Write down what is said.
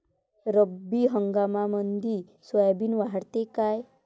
रब्बी हंगामामंदी सोयाबीन वाढते काय?